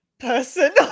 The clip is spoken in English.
Person